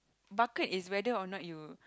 bucket is whether or not you